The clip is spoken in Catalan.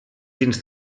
dins